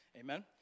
Amen